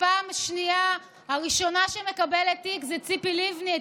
ופעם שנייה הראשונה שמקבלת תיק זו ציפי לבני,